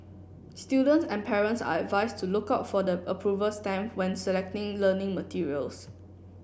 students and parents are advise to look out for the approval stamp when selecting learning materials